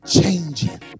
changing